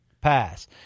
Pass